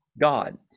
God